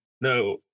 No